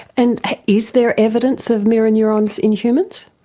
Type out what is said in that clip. and is there evidence of mirror neurons in humans?